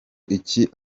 iki